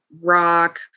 rock